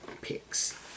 picks